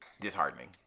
disheartening